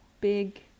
big